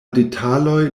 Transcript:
detaloj